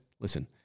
listen